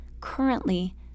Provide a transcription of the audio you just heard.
currently